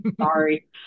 Sorry